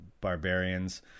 barbarians